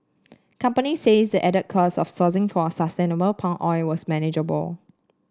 companies says the added costs of sourcing for sustainable palm oil was manageable